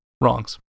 wrongs